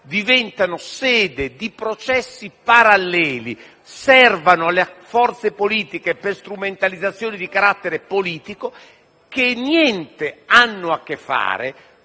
diventino sede di processi paralleli e servano alle forze politiche per strumentalizzazioni di carattere politico, che niente hanno a che fare